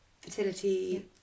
fertility